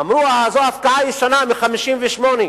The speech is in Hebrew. ואמרו: "זו הפקעה ישנה, מ-1958",